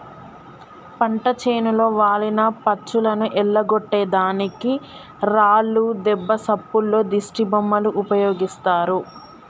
పంట చేనులో వాలిన పచ్చులను ఎల్లగొట్టే దానికి రాళ్లు దెబ్బ సప్పుల్లో దిష్టిబొమ్మలు ఉపయోగిస్తారు